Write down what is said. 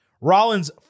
Rollins